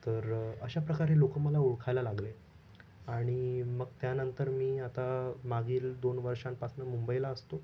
तर अशाप्रकारे लोकं मला ओळखायला लागले आणि मग त्यानंतर मी आता मागील दोन वर्षांपासनं मुंबईला असतो